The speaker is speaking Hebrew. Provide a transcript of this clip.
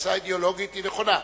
התפיסה האידיאולוגית היא נכונה.